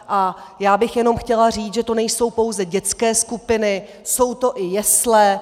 A já bych chtěla jen říct, že to nejsou pouze dětské skupiny, jsou to i jesle.